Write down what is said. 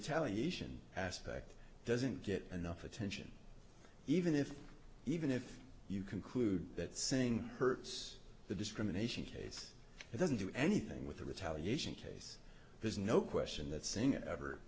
retaliation aspect doesn't get enough attention even if even if you conclude that saying hurts the discrimination case it doesn't do anything with the retaliation case there's no question that saying